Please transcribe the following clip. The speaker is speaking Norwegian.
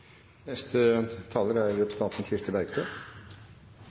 Neste taler er representanten